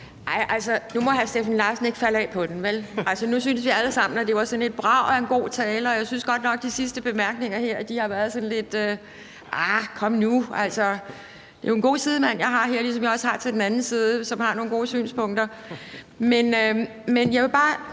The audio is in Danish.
Altså, nu må hr. Steffen Larsen ikke falde af på den, vel? Nu synes vi alle sammen, at det var sådan et brag af en god tale, og jeg synes godt nok, at de sidste bemærkninger her har været sådan, at man lidt kan sige: arh, kom nu. Det er jo en god sidemand, jeg har her, ligesom jeg også har til den anden side, og som har nogle gode synspunkter. Det generer